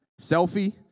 Selfie